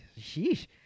Sheesh